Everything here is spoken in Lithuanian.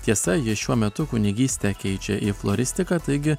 tiesa jis šiuo metu kunigystę keičia į floristiką taigi